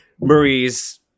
Marie's